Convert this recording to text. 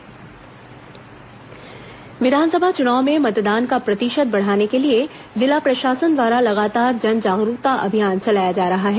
मतदाता जागरूकता अभियान विधानसभा चुनाव में मतदान का प्रतिशत बढ़ाने के लिए जिला प्रशासन द्वारा लगातार जन जागरूकता अभियान चलाया जा रहा है